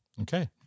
Okay